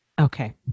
Okay